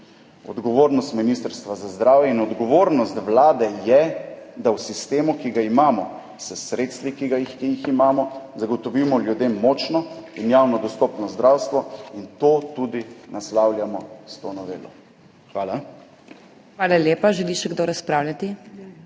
Odgovornost Ministrstva za zdravje in odgovornost Vlade je, da v sistemu, ki ga imamo, s sredstvi, ki jih imamo, zagotovimo ljudem močno in javno dostopno zdravstvo. In to tudi naslavljamo s to novelo. Hvala. PODPREDSEDNICA MAG. MEIRA HOT: Hvala lepa. Želi še kdo razpravljati?